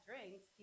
Drinks